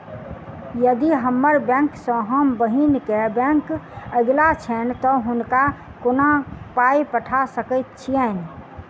यदि हम्मर बैंक सँ हम बहिन केँ बैंक अगिला छैन तऽ हुनका कोना पाई पठा सकैत छीयैन?